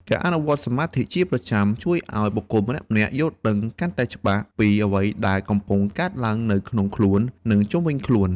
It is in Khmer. ការអនុវត្តសមាធិជាប្រចាំជួយធ្វើឱ្យបុគ្គលម្នាក់ៗយល់ដឹងកាន់តែច្បាស់ពីអ្វីដែលកំពុងកើតឡើងនៅក្នុងខ្លួន និងជុំវិញខ្លួន។